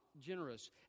generous